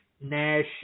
Nash